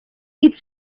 simply